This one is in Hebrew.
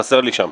חסר לי שם.